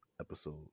episode